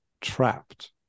trapped